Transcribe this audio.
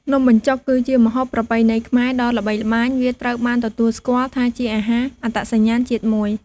នំបញ្ចុក គឺជាម្ហូបប្រពៃណីខ្មែរដ៏ល្បីល្បាញ វាត្រូវបានទទួលស្គាល់ថាជាអាហារអត្តសញ្ញាណជាតិមួយ។